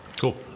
Cool